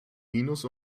minus